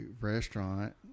restaurant